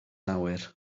awyr